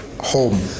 Home